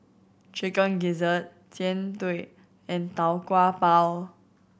Chicken Gizzard Jian Dui and Tau Kwa Pau